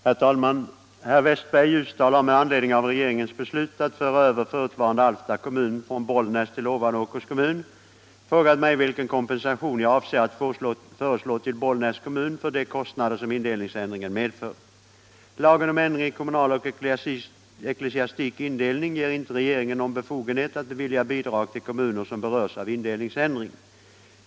Herr talman! Herr Westberg i Ljusdal har med anledning av regeringens beslut att föra över förutvarande Alfta kommun från: Bollnäs till Ovanåkers kommun frågat mig vilken kompensation jag avser att föreslå till Bollnäs kommun för de kostnader som indelningsändringen medför. Lagen om ändring i kommunal och ecklesiastik indelning ger inte regeringen någon befogenhet att bevilja bidrag till kommuner som berörs av indelningsändring.